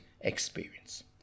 experience